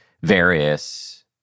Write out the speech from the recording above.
various